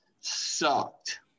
sucked